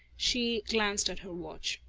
she glanced at her watch.